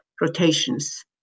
rotations